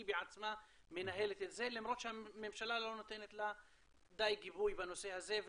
היא בעצמה מנהלת את זה למרות שהממשלה לא נותנת לה די גיבוי בנושא הזה.